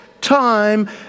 time